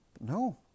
No